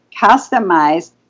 customized